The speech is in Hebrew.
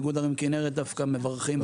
איגוד ערים כנרת דווקא מברכים על זה.